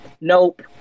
nope